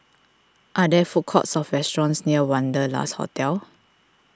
are there food courts or restaurants near Wanderlust Hotel